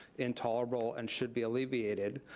intolerable, and should be alleviated.